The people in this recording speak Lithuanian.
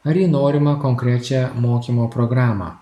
ar į norimą konkrečią mokymo programą